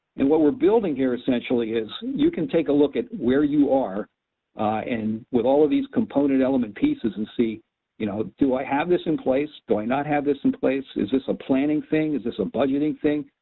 and what we're building here essentially is you can take a look at where you are and with all of these component element pieces and see you know do i have this in place? do i not have this in place? is this a planning thing? is this a budgeting thing?